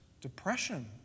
depression